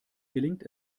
gelingt